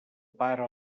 pare